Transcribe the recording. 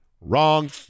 Wrong